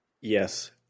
Yes